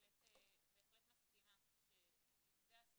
בהחלט מסכימה שאם זה הסיפור,